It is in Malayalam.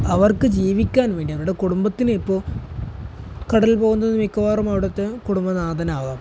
അവർക്ക് ജീവിക്കാൻ വേണ്ടി അവരുടെ കുടുംബത്തിന് ഇപ്പോള് കടലിൽ പോകുന്നത് മിക്കവാറും അവിടുത്തെ കുടുംബനാഥനാകാം